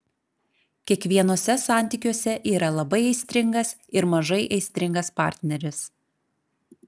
kiekvienuose santykiuose yra labai aistringas ir mažai aistringas partneris